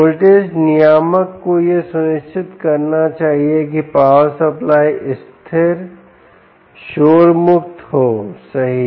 voltage नियामक को यह सुनिश्चित करना चाहिए कि पावर सप्लाई स्थिर स्थिर शोर मुक्त होसही